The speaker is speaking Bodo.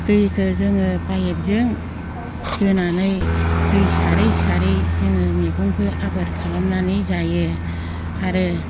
दैखौ जोङो पाइपजों बोनानै दै सारै सारै जोङो मैगंखौ आबाद खालामनानै जायो आरो